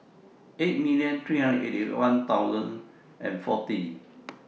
eight million three hundred and eighty thousand and forty